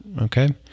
Okay